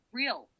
real